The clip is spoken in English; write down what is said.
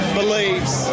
believes